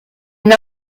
une